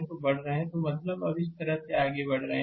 तो बढ़ रहे हैं मतलब अब इस तरह से आगे बढ़ रहे हैं